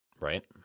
right